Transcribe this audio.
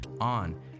on